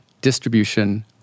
distribution